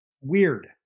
weird